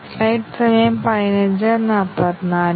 അതിനാൽ ഞങ്ങൾ എങ്ങനെ പാത്ത് പരിശോധന നടത്തും